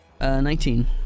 Nineteen